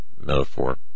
metaphor